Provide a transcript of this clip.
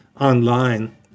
online